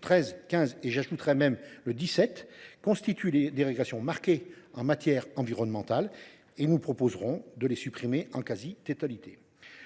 15, auxquels j’ajouterai l’article 17, constituent des régressions marquées en matière environnementale et nous proposerons de les supprimer en quasi totalité.